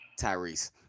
tyrese